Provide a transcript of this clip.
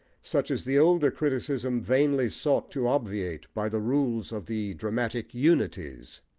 such as the older criticism vainly sought to obviate by the rule of the dramatic unities.